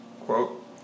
quote